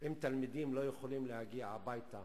אם תלמידים לא יכולים להגיע הביתה